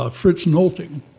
ah fritz nolting,